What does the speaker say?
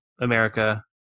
America